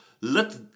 let